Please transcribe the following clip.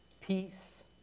peace